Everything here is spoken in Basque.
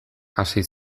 hasi